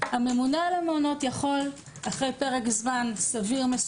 הממונה על המעונות יכול אחרי פרק זמן סביר,